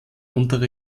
untere